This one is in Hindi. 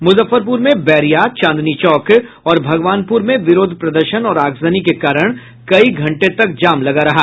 मुजफ्फरपुर में बैरिया चांदनी चौक और भगवानपुर में विरोध प्रदर्शन और आगजनी के कारण कई घंटे तक जाम लगा रहा